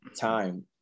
time